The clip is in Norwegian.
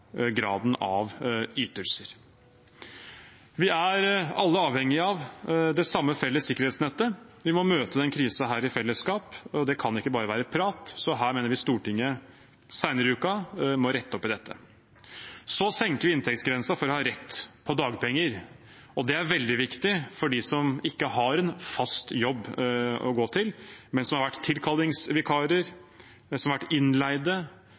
graden av ytelser. Vi er alle avhengige av det samme felles sikkerhetsnettet, vi må møte denne krisen i fellesskap, og det kan ikke bare være prat. Dette mener vi Stortinget senere i uken må rette opp i. Vi senker inntektsgrensen for å ha rett på dagpenger. Det er veldig viktig for dem som ikke har en fast jobb å gå til, men som har vært tilkallingsvikarer, som har vært